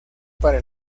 para